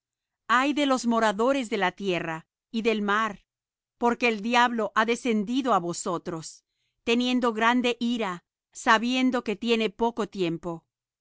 ay de los moradores de la tierra y del mar porque el diablo ha descendido á vosotros teniendo grande ira sabiendo que tiene poco tiempo